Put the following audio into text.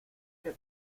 que